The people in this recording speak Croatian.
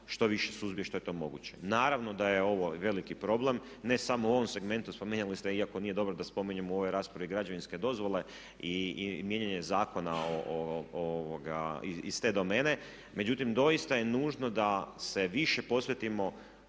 što više suzbije što je to moguće. Naravno da je ovo veliki problem, ne samo u ovom segmentu. Spominjali ste, iako nije dobro da spominjemo u ovoj raspravi građevinske dozvole i mijenjanje zakona iz te domene, međutim doista je nužno da se više posvetimo